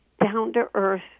down-to-earth